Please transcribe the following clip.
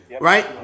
Right